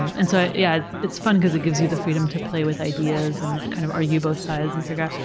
and and so yeah, it's fun because it gives you the freedom to play with ideas, and kind of argue both sides, and figure